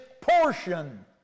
portion